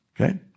Okay